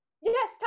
yes